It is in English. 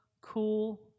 cool